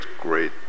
great